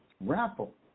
raffle